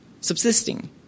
subsisting